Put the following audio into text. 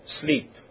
sleep